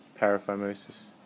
paraphimosis